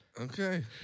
okay